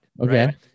Okay